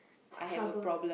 troubled